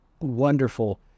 wonderful